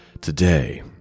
Today